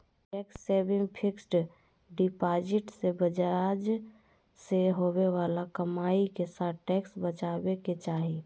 tax saving fixed deposit से ब्याज से होवे बाला कमाई के साथ टैक्स बचाबे के चाही